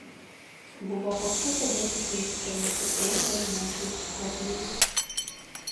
buvo koktu sėdėti su jais prie mūsų tėvo ir motinos skobnies